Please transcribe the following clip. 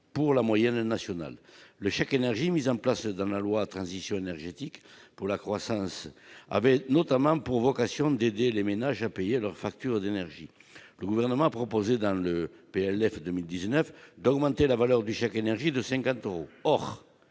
pour la moyenne nationale. Le chèque énergie mis en place par la loi relative à la transition énergétique pour la croissance verte avait notamment pour vocation d'aider les ménages à payer leurs factures d'énergie. Le Gouvernement a proposé dans le projet de loi de finances pour 2019 d'augmenter la valeur du chèque énergie de 50 euros.